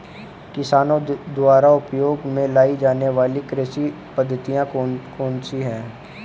किसानों द्वारा उपयोग में लाई जाने वाली कृषि पद्धतियाँ कौन कौन सी हैं?